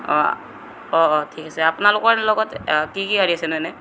অঁ অঁ অঁ ঠিক আছে আপোনালোকৰ লগত কি কি গাড়ী আছেনো এনে